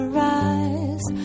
rise